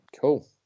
cool